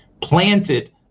planted